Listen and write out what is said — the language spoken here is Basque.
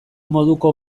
moduko